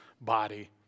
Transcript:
body